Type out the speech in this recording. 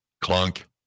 clunk